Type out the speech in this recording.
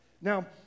Now